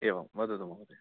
एवं वदतु महोदय